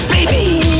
Baby